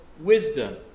wisdom